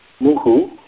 muhu